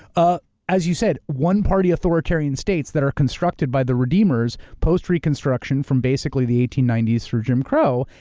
ah as you said, one party, authoritarian states that are constructed by the redeemers, post reconstruction from basically the eighteen ninety s through jim crow,